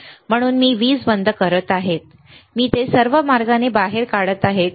म्हणून मी वीज बंद करत आहे मी ते सर्व मार्गाने बाहेर काढत आहे बरोबर